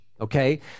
okay